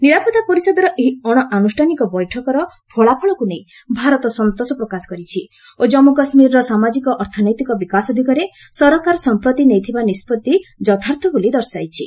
ନିରାପତ୍ତା ପରିଷଦର ଏହି ଅଣଆନୁଷ୍ଠାନିକ ବୈଠକର ଫଳାଫଳକୁ ନେଇ ଭାରତ ସନ୍ତୋଷ ପ୍ରକାଶ କରିଛି ଓ ଜନ୍ମୁ କାଶ୍ମୀରର ସାମାଜିକ ଅର୍ଥନୈତିକ ବିକାଶ ଦିଗରେ ସରକାର ସମ୍ପ୍ରତି ନେଇଥିବା ନିଷ୍କଭି ଯଥାର୍ଥ ବୋଲି ଦର୍ଶାଇଛି